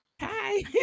Hi